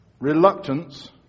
Reluctance